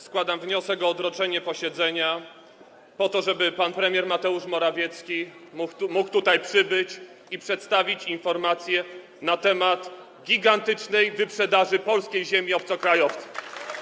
Składam wniosek o odroczenie posiedzenia po to, żeby pan premier Mateusz Morawiecki mógł tutaj przybyć i przedstawić informację na temat gigantycznej wyprzedaży polskiej ziemi obcokrajowcom.